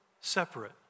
separate